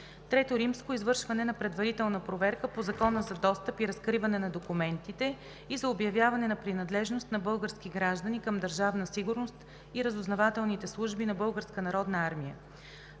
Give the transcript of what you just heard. лицата. III. Извършване на предварителна проверка по Закона за достъп и разкриване на документите и за обявяване на принадлежност на български граждани към Държавна сигурност и разузнавателните служби на